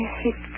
hit